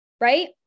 Right